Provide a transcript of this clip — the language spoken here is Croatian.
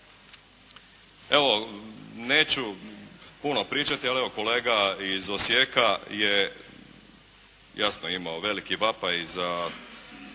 Evo neću puno pričati, ali evo kolega iz Osijeka je jasno imao veliki vapaj za